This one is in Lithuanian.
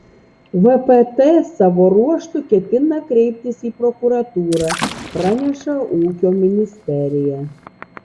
vpt savo ruožtu ketina kreiptis į prokuratūrą praneša ūkio ministerija